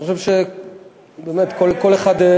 אני חושב שכל אחד,